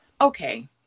okay